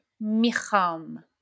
micham